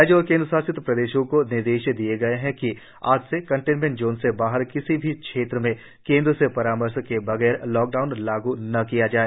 राज्यों और केंद्र शासित प्रदेशों को निर्देश दिए गए हैं कि आज से कन्टेनमेंट जोन से बाहर किसी भी क्षेत्र में केंद्र से परामर्श के बगैर लॉकडाउन लागू न किया जाए